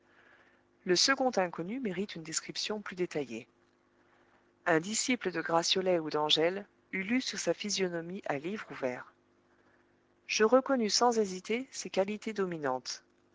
le second inconnu mérite une description plus détaillée un disciple de gratiolet ou d'engel eût lu sur sa physionomie à livre ouvert je reconnus sans hésiter ses qualités dominantes